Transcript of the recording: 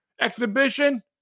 exhibition